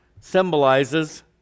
symbolizes